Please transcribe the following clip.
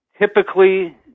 typically